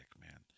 man